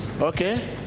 Okay